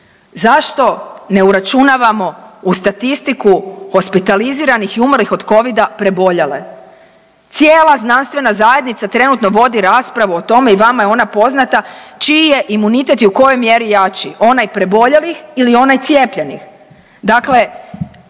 zašto ne uračunavamo u statistiku hospitaliziranih i umrlih od covida preboljele? Cijela znanstvena zajednica trenutno vodi raspravu o tome i vama je ona poznata čiji je imunitet i u kojoj mjeri jači, onaj preboljelih ili onaj cijepljenih.